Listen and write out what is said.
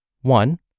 One